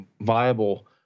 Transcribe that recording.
viable